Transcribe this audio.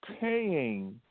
paying